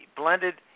blended